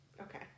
Okay